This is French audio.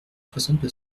soixante